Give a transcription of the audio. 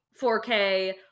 4K